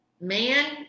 Man